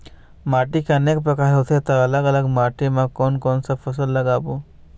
माटी के अनेक प्रकार होथे ता अलग अलग माटी मा कोन कौन सा फसल लगाबो?